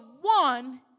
one